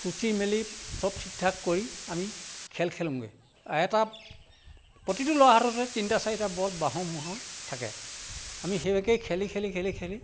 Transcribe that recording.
চুচি মেলি চব ঠিক ঠাক কৰি আমি খেল খেলোগৈ এটা প্ৰতিটো ল'ৰা হাততে তিনিটা চাৰিটা বল বাহঁৰ মূঢ়া থাকে আমি সেই ভাগে খেলি খেলি খেলি খেলি